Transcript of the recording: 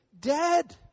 dead